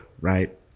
right